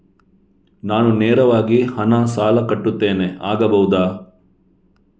ನಾನು ನೇರವಾಗಿ ಹಣ ಸಾಲ ಕಟ್ಟುತ್ತೇನೆ ಆಗಬಹುದ?